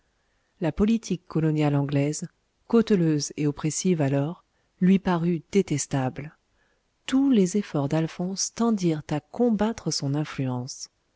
la politique coloniale anglaise cauteleuse et oppressive alors lui parut détestable tous les efforts d'alphonse tendirent à combattre son influence